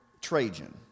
Trajan